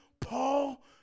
Paul